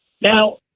Now